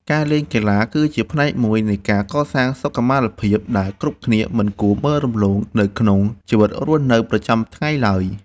ការលេងកីឡា គឺជាផ្នែកមួយនៃការកសាងសុខុមាលភាពដែលគ្រប់គ្នាមិនគួរមើលរំលងនៅក្នុងជីវិតរស់នៅប្រចាំថ្ងៃឡើយ។